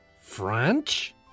French